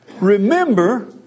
Remember